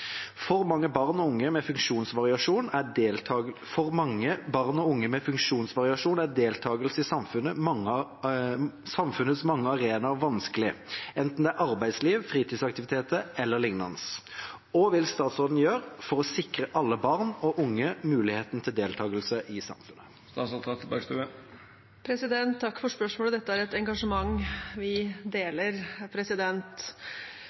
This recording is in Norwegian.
For mange barn og unge med funksjonsvariasjon er deltakelse i samfunnets mange arenaer vanskelig, enten det er arbeidsliv, fritidsaktiviteter eller liknende. Hva vil statsråden gjøre for å sikre alle barn og unge muligheten til deltakelse i samfunnet?» Takk for spørsmålet. Dette er et engasjement vi